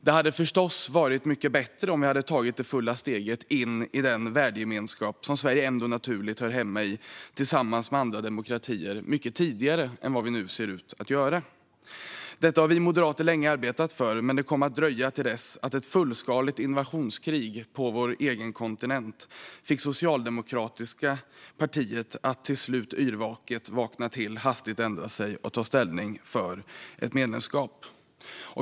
Det hade förstås varit mycket bättre om vi hade tagit det fulla steget in i den värdegemenskap som Sverige ändå naturligt hör hemma i tillsammans med andra demokratier mycket tidigare än vad vi nu ser ut att göra. Detta har vi moderater länge arbetat för, men det kom att dröja till dess att ett fullskaligt invasionskrig på vår egen kontinent fick socialdemokratiska partiet att till slut yrvaket vakna till, hastigt ändra sig och ta ställning för ett medlemskap.